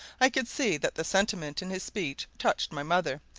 i could see that the sentiment in his speech touched my mother,